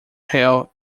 hill